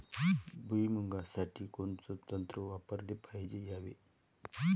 भुइमुगा साठी कोनचं तंत्र वापराले पायजे यावे?